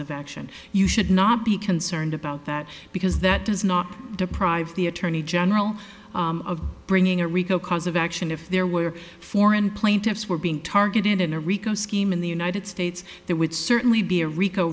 of action you should not be concerned about that because that does not deprive the attorney general of bringing a rico cause of action if there were foreign plaintiffs were being targeted in a rico scheme in the united states there would